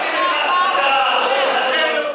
ואתם,